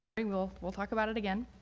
we will will talk about it again.